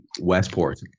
Westport